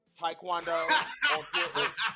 Taekwondo